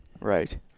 Right